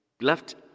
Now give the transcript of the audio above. left